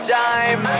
time